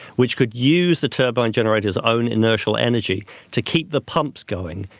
which could use the turbine generators own inertial energy to keep the pumps going,